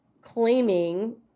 claiming